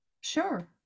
sure